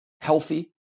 healthy